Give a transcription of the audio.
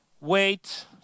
Wait